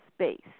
space